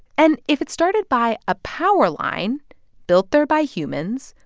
and if it started by a power line built there by humans,